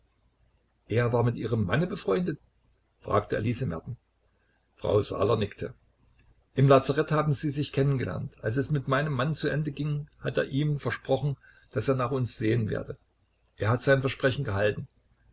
er war mit ihrem manne befreundet fragte elise merten frau saaler nickte im lazarett haben sie sich kennen gelernt als es mit meinem mann zu ende ging hat er ihm versprochen daß er nach uns sehen werde er hat sein versprechen gehalten